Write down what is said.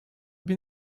bin